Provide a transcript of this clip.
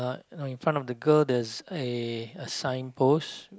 no infront of the girl there's a a signpost